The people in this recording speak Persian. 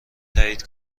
تایید